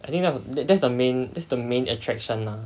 I think th~ that's the main that's the main attraction uh